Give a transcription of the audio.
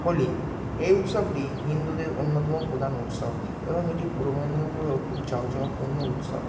হোলি এই উৎসবটি হিন্দুদের অন্যতম প্রধান উৎসব এবং এটি পূর্ব মেদিনীপুরেও খুব জাঁকজমকপূর্ণ উৎসব